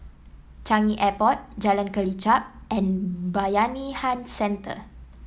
Changi Airport Jalan Kelichap and Bayanihan Centre